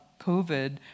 COVID